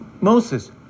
Moses